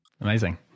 Amazing